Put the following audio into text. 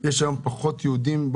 פנייה לקטינים,